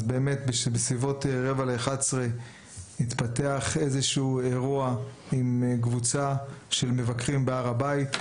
בסביבות 10:45 התפתח איזשהו אירוע עם קבוצה של מבקרים בהר הבית,